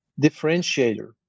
differentiator